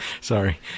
Sorry